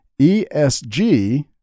ESG